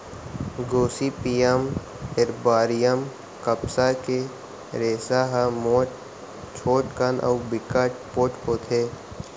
Gossypium arboreum कपसा के रेसा ह मोठ, छोटकन अउ बिकट पोठ होथे